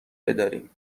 بداریم